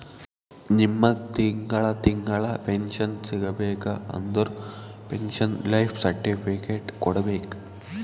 ನಿಮ್ಮಗ್ ತಿಂಗಳಾ ತಿಂಗಳಾ ಪೆನ್ಶನ್ ಸಿಗಬೇಕ ಅಂದುರ್ ಪೆನ್ಶನ್ ಲೈಫ್ ಸರ್ಟಿಫಿಕೇಟ್ ಕೊಡ್ಬೇಕ್